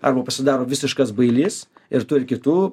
arba pasidaro visiškas bailys ir turi kitų